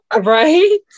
Right